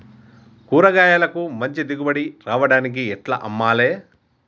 కూరగాయలకు మంచి దిగుబడి రావడానికి ఎట్ల అమ్మాలే?